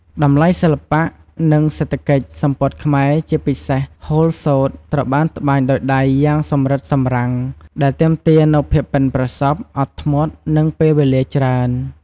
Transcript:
តម្លៃសិល្បៈ និងសេដ្ឋកិច្ច សំពត់ខ្មែរ ជាពិសេសហូលសូត្រ ត្រូវបានត្បាញដោយដៃយ៉ាងសម្រិតសម្រាំង ដែលទាមទារនូវភាពប៉ិនប្រសប់ អត់ធ្មត់ និងពេលវេលាច្រើន។